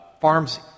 farms